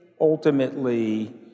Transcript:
ultimately